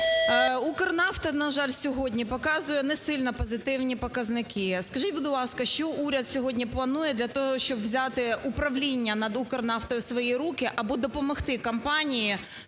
"Укрнафта", на жаль, сьогодні показує не сильно позитивні показники. Скажіть, будь ласка, що уряд сьогодні планує для того, щоб взяти управління над "Укрнафтою" в свої руки, аби допомогти компанії